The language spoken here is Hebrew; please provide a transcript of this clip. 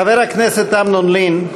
חבר הכנסת לשעבר אמנון לין,